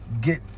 get